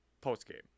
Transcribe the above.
post-game